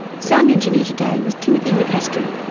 sound engineer today was timothy nicastri,